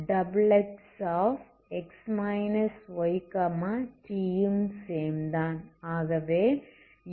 uxxx yt ம் same தான்